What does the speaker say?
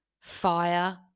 fire